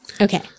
Okay